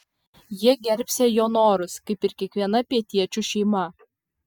jie gerbsią jo norus kaip ir kiekviena pietiečių šeima